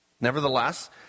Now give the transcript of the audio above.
Nevertheless